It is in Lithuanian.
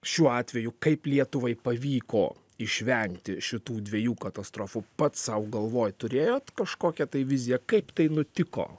šiuo atveju kaip lietuvai pavyko išvengti šitų dviejų katastrofų pats sau galvoj turėjot kažkokią tai viziją kaip tai nutiko